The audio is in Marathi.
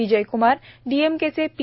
विजयक्रमार डीएमकेचे पी